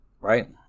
Right